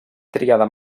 tríada